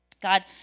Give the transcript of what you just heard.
God